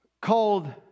called